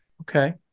Okay